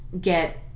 Get